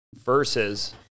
versus